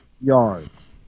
yards